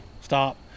stop